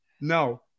No